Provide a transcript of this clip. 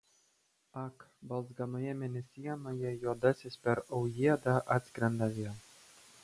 ak balzganoje mėnesienoje juodasis per aujėdą atskrenda vėl